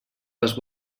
les